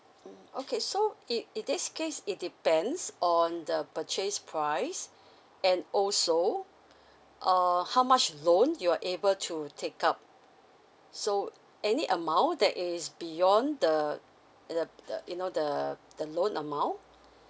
mmhmm okay so in in this case it depends on the purchase price and also uh how much loan you're able to take up so any amount that is beyond the the the you know the the loan amount